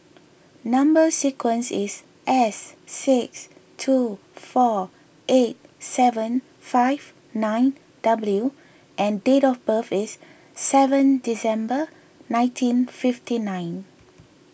Number Sequence is S six two four eight seven five nine W and date of birth is seven December nineteen fifty nine